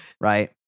Right